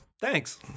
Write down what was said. Thanks